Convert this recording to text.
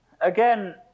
again